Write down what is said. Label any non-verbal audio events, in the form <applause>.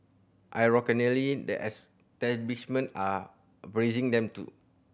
<unintelligible> the establishment are praising them too